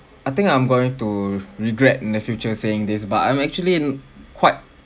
I think I'm going to regret in the future saying this but I'm actually quite